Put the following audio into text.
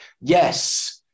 yes